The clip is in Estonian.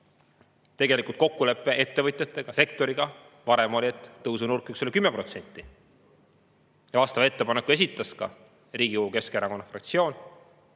Tegelikult kokkulepe ettevõtjatega, sektoriga varem oli, et tõusunurk võiks olla 10%. Vastava ettepaneku esitas ka Riigikogu Keskerakonna fraktsioon.